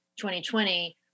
2020